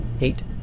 Eight